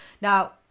Now